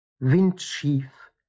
Windschief